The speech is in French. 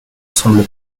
semble